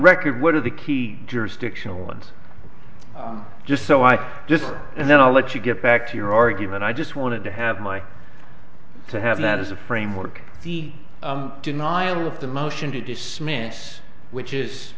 record what are the key jurisdictional and just so i just and then i'll let you get back to your argument i just wanted to have my to have that as a framework the denial of the motion to dismiss which is